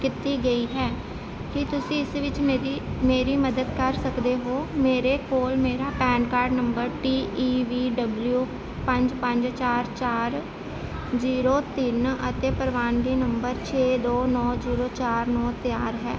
ਕੀਤੀ ਗਈ ਹੈ ਕੀ ਤੁਸੀਂ ਇਸ ਵਿੱਚ ਮੇਰੀ ਮੇਰੀ ਮਦਦ ਕਰ ਸਕਦੇ ਹੋ ਮੇਰੇ ਕੋਲ ਮੇਰਾ PAN card number T E V W ਪੰਜ ਪੰਜ ਚਾਰ ਚਾਰ ਜ਼ੀਰੋ ਤਿੰਨ ਅਤੇ ਪ੍ਰਵਾਨਗੀ ਨੰਬਰ ਛੇ ਦੋ ਨੌਂ ਜ਼ੀਰੋ ਚਾਰ ਨੌਂ ਤਿਆਰ ਹੈ